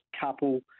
couple